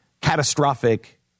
catastrophic